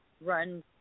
run